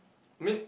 I mean